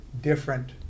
different